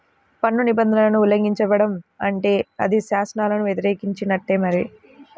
పన్ను నిబంధనలను ఉల్లంఘించడం అంటే అది శాసనాలను వ్యతిరేకించినట్టే మరి